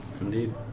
Indeed